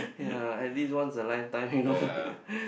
ya at least once a lifetime you know